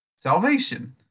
salvation